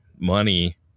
money